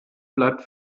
bleibt